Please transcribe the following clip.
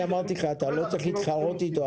אתה לא צריך להתחרות איתו.